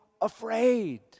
afraid